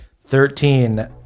Thirteen